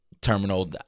terminal